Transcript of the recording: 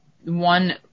One